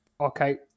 okay